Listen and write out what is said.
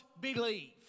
believe